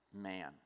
man